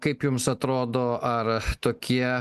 kaip jums atrodo ar tokie